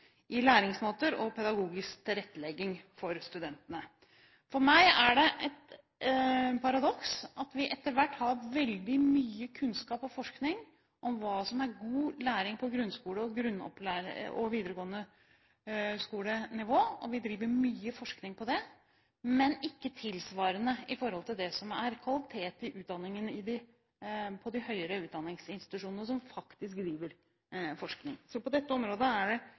i læringsmåter og pedagogisk tilrettelegging for studentene. For meg er det et paradoks at vi etter hvert har veldig mye kunnskap om og forskning på hva som er god læring på grunnskolenivå og videregående skoles nivå – vi driver mye forskning på det – men ikke tilsvarende med hensyn til det som er kvaliteten i utdanningen på de høyere utdanningsinstitusjonene som faktisk driver forskning. Så på dette området er det